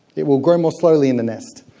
it will grow more slowly in the nest,